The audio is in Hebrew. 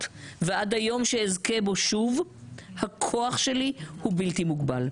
ועד היום שאזכה בו שוב הכוח שלי הוא בלתי מוגבל.